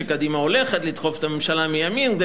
שקדימה הולכת לתקוף את הממשלה מימין כדי